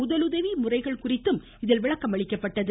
முதலுதவி முறைகள் குறித்து இதில் விளக்கமளிக்கப்பட்டது